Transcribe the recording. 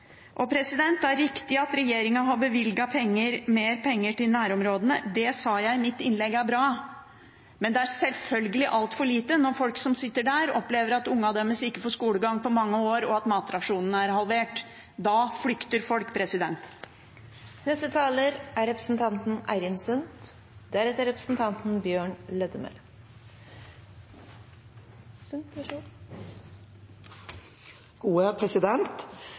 Det er riktig at regjeringen har bevilget mer penger til nærområdene. Det er bra, det sa jeg i mitt innlegg, men det er selvfølgelig altfor lite når folk som sitter der, opplever at ungene deres ikke får skolegang på mange år, og at matrasjonene er halvert. Da flykter folk! Jeg har lyst til å starte med å gjenta noe som representanten Stine Renate Håheim sa så